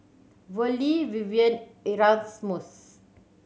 Verlie Vivien and Erasmus